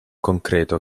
concreto